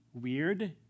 weird